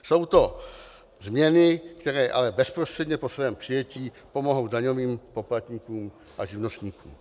Jsou to změny, které ale bezprostředně po svém přijetí pomohou daňovým poplatníkům a živnostníkům.